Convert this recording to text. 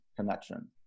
connection